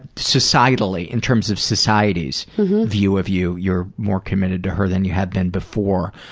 societally, in terms of society's view of you. you're more committed to her then you have been before.